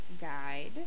guide